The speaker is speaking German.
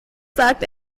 sagt